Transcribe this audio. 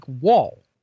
wall